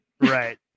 Right